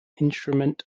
instrument